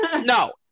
No